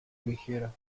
ligera